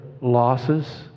losses